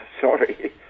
Sorry